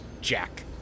Jack